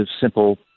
simple